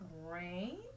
rain